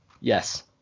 Yes